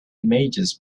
images